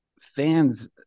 fans